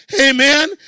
amen